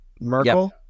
Merkel